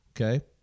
Okay